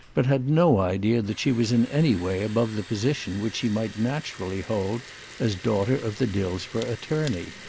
but had no idea that she was in any way above the position which she might naturally hold as daughter of the dillsborough attorney.